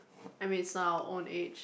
I mean is our own age